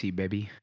baby